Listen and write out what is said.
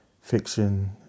fiction